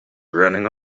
running